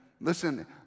Listen